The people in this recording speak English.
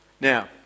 Now